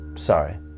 Sorry